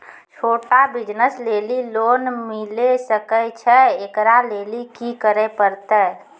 छोटा बिज़नस लेली लोन मिले सकय छै? एकरा लेली की करै परतै